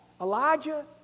Elijah